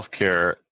healthcare